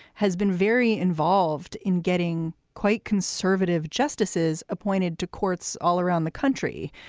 has been very involved in getting quite conservative justices appointed to courts all around the country.